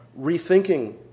rethinking